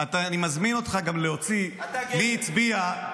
אני מזמין אותך גם להוציא מי הצביע,